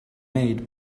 made